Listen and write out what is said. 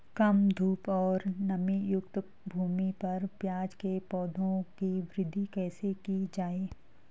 कम धूप और नमीयुक्त भूमि पर प्याज़ के पौधों की वृद्धि कैसे की जाए?